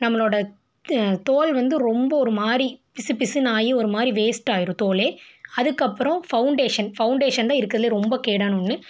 நம்மளோடய தோல் வந்து ரொம்ப ஒரு மாதிரி பிசுபிசுனு ஆகி ஒருமாதிரி வேஸ்டாக ஆயிரும் தோலே அதுக்கப்புறம் பவுண்டேஷன் பவுண்டேஷன் தான் இருக்கிறதுலே ரொம்ப கேடான ஒன்று